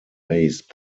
based